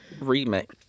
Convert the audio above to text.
Remake